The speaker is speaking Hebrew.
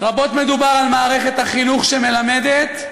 רבות מדובר על מערכת החינוך שמלמדת,